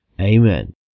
Amen